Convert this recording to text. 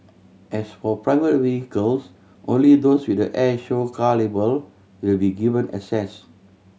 as for private vehicles only those with the air show car label will be given access